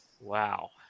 Wow